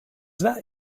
that